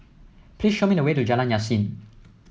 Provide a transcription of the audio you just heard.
please show me the way to Jalan Yasin